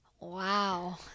Wow